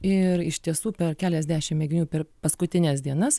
ir iš tiesų per keliasdešimt mėginių per paskutines dienas